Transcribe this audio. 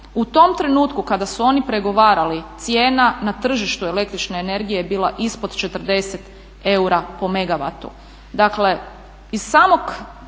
pregovarali kada su oni pregovarali cijena na tržištu električne energije je bila ispod 40 eura po megavatu.